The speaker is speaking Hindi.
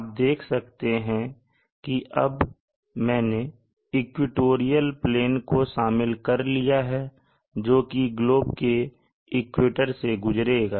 आप देख सकते हैं कि अब मैंने इक्वेटोरियल प्लेन को शामिल कर लिया है जोकि ग्लोब के इक्वेटर से गुजरेगा